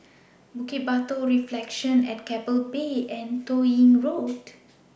Bukit Batok Reflections At Keppel Bay and Toh Yi Road